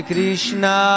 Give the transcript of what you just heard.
Krishna